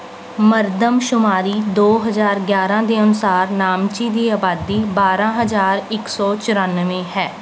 ਮਰਦਮਸ਼ੁਮਾਰੀ ਦੋ ਹਜ਼ਾਰ ਗਿਆਰਾਂ ਦੇ ਅਨੁਸਾਰ ਨਾਮਚੀ ਦੀ ਆਬਾਦੀ ਬਾਰਾਂ ਹਜ਼ਾਰ ਇੱਕ ਸੌ ਚੁਰਾਨਵੇਂ ਹੈ